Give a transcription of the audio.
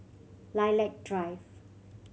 Lilac Drive